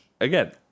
again